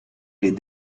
est